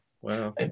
wow